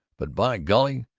but, by golly,